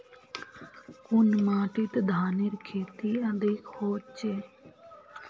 कुन माटित धानेर खेती अधिक होचे?